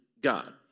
God